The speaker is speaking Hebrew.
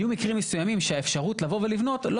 יהיו מקרים מסוימים שהאפשרות לבוא ולבנות לא